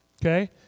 Okay